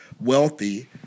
wealthy